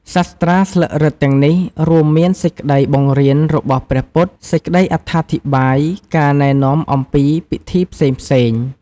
សាស្ត្រាស្លឹករឹតទាំងនេះ រួមមានសេចក្ដីបង្រៀនរបស់ព្រះពុទ្ធ សេចក្ដីអត្ថាធិប្បាយ ការណែនាំអំពីពិធីផ្សេងៗ។